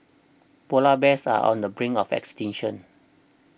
Polar Bears are on the brink of extinction